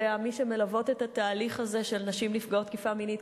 מי שמלוות את התהליך הזה של נשים נפגעות תקיפה מינית,